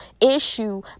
issue